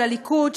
של הליכוד,